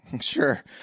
Sure